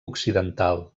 occidental